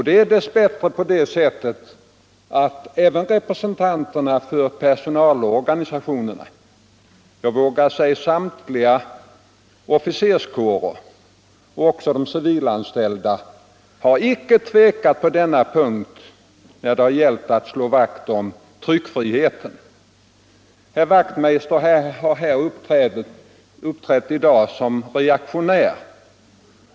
Det är dess bättre så att även representanterna för personalorganisationerna, och jag vågar säga samtliga officerskårer samt de civilanställda, icke har tvekat när det gällt att här slå vakt om tryckfriheten. Herr Wachtmeister har här i dag uppträtt som reaktionär.